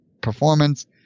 performance